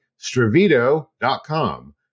stravito.com